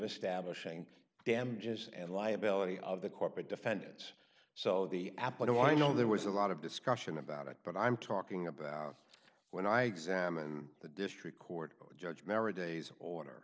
establishing damages and liability of the corporate defendants so the app but i know there was a lot of discussion about it but i'm talking about when i sam and the district court judge marriage days order